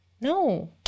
No